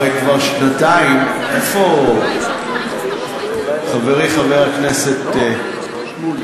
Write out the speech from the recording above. הרי כבר שנתיים, איפה חברי חבר הכנסת, שמולי.